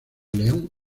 león